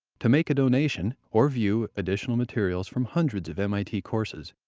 to make a donation or view additional materials from hundreds of mit courses,